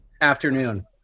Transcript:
afternoon